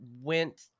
went